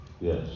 Yes